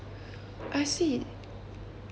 I see